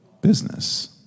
Business